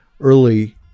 early